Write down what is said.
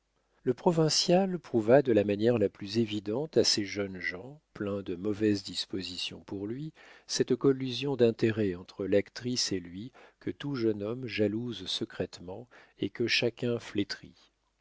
le provincial prouva de la manière la plus évidente à ces jeunes gens pleins de mauvaises dispositions pour lui cette collusion d'intérêts entre l'actrice et lui que tout jeune homme jalouse secrètement et que chacun flétrit